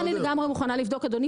את זה אני יכולה לבדוק אדוני,